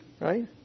Right